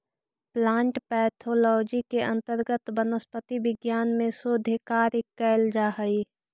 plant pathology के अंतर्गत वनस्पति विज्ञान में शोध कार्य कैल जा हइ